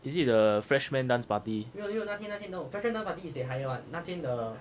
is it the freshman dance party